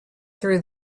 through